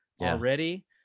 already